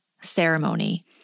ceremony